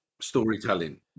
storytelling